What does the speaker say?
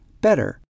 better